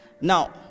now